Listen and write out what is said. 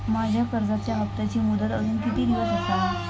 माझ्या कर्जाचा हप्ताची मुदत अजून किती दिवस असा?